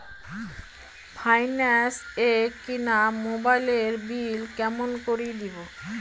Finance এ কিনা মোবাইলের বিল কেমন করে দিবো?